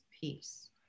peace